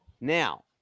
Now